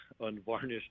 unvarnished